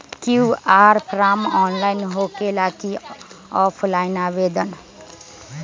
QR form online होकेला कि offline आवेदन?